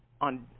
on